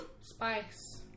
Spice